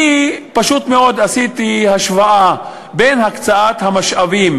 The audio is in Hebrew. אני פשוט מאוד עשיתי השוואה בין הקצאת המשאבים